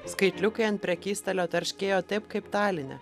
skaitliukai ant prekystalio tarškėjo taip kaip taline